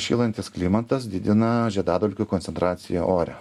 šylantis klimatas didina žiedadulkių koncentraciją ore